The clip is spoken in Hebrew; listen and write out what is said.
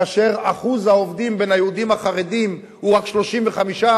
כאשר אחוז העובדים בין היהודים החרדים הוא רק 35%,